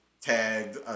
tagged